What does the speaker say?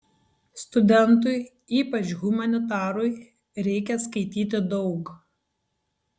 studentui ypač humanitarui reikia skaityti daug